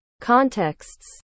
contexts